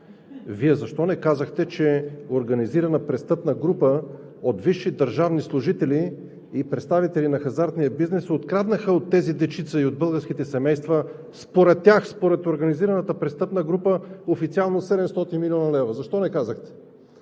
Вие защо не казахте, че организирана престъпна група от висши държавни служители и представители на хазартния бизнес откраднаха от тези дечица и от българските семейства, според тях, според организираната престъпна група, официално 700 млн. лв. – защо не казахте?